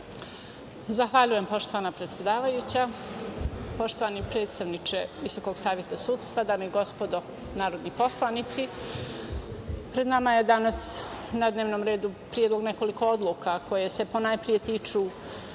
Zahvaljujem, poštovana predsedavajuća. Poštovani predstavničke Visokog saveta sudstva, dame i gospodo narodni poslanici, pred nama je danas na dnevnom redu predlog nekoliko odluka koje se ponajpre tiču